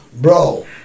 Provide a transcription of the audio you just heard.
Bro